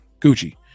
Gucci